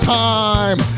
time